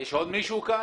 יש עוד מישהו כאן?